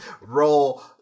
roll